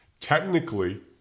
Technically